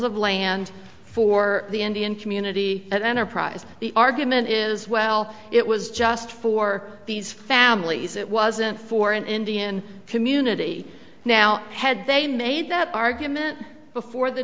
of land for the indian community at enterprise the argument is well it was just for these families it wasn't for an indian community now had they made that argument before the